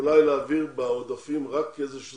אולי להעביר בעודפים רק איזה שהוא